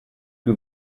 que